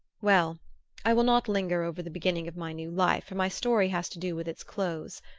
well i will not linger over the beginning of my new life for my story has to do with its close.